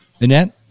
Annette